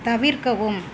தவிர்க்கவும்